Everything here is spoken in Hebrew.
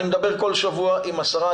אני מדבר כל שבוע עם עשרה,